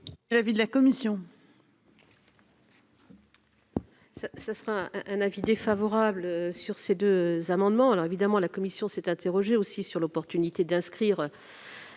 l'avis de la commission